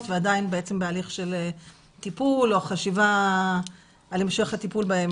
ועדיין בהליך של טיפול או חשיבה על המשך הטיפול בהם,